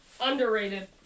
underrated